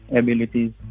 abilities